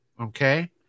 okay